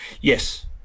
Yes